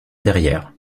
derrière